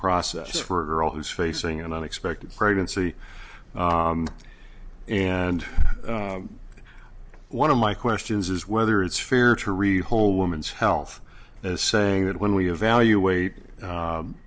process for a girl who's facing an unexpected pregnancy and one of my questions is whether it's fair to really hold woman's health as saying that when we evaluate